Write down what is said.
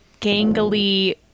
gangly